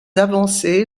avancé